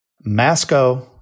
Masco